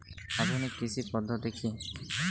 আধুনিক কৃষি পদ্ধতি কী?